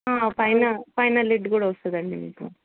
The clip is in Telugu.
ఫైన ఫైన లిడ్ కూడా వస్తుందండి మీకు